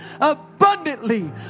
abundantly